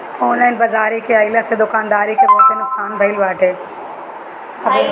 online बाजारी के आइला से दुकानदारी के बहुते नुकसान भईल बाटे